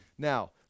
Now